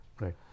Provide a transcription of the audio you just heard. Right